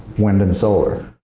wind and solar.